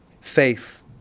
Faith